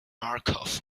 markov